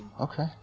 Okay